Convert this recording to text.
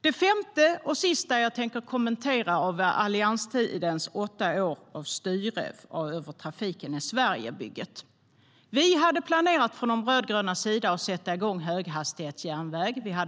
Det femte och sista som jag tänker kommentera av allianstidens åtta år av styre över trafiken är Sverigebygget. Vi från de rödgrönas sida hade planerat att sätta igång höghastighetsjärnväg.